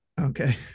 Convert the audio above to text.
okay